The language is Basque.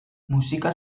musika